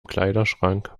kleiderschrank